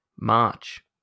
march